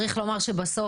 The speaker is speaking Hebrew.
צריך לומר שבסוף,